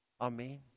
Amen